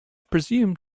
presumed